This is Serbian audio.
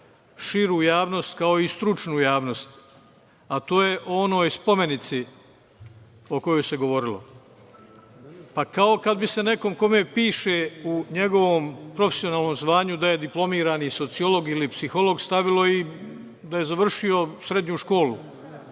širu javnost, kao i stručnu javnost, a to je o onoj spomenici o kojoj se govorilo. Kao kada bi se nekom kome piše u njegovom profesionalnom zvanju da je diplomirani sociolog ili psiholog stavilo i da je završio srednju školu.